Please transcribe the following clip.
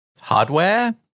Hardware